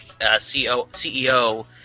...CEO